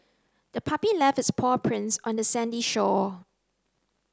the puppy left its paw prints on the sandy shore